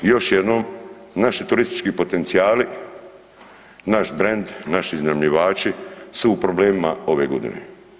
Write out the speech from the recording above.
I još jednom naši turistički potencijali, naš brend, naši iznajmljivači su u problemima ove godine.